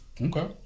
Okay